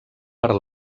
per